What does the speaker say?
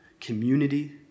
community